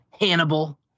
Hannibal